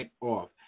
off